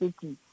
City